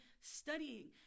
studying